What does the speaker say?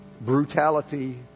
brutality